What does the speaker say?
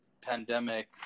pandemic